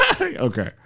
Okay